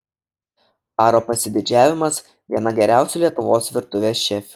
baro pasididžiavimas viena geriausių lietuvos virtuvės šefių